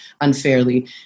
unfairly